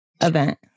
event